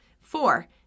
Four